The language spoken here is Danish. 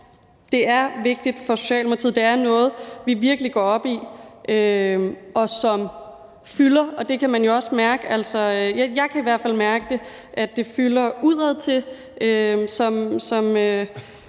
det er vigtigt for Socialdemokratiet. Det er noget, vi virkelig går op i, og som fylder. Det kan man jo også mærke. Altså, jeg kan i